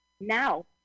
Now